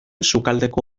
sukaldeko